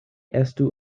estu